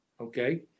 okay